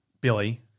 Billy